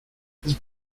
this